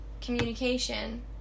communication